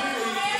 זה אכן חמור מאוד.